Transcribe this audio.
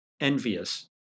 envious